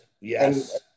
Yes